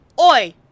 Oi